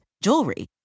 jewelry